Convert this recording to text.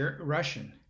Russian